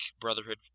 Brotherhood